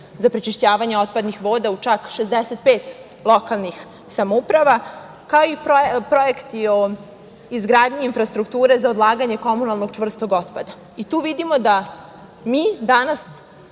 za prečišćavanje otpadnih voda u čak 65 lokalnih samouprava, kao i projekti o izgradnji infrastrukture za odlaganje komunalnog čvrstog otpada. Tu vidimo da mi danas